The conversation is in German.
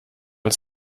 als